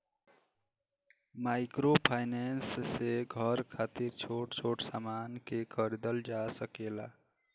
microfinance से घर खातिर छोट छोट सामान के खरीदल जा सकेला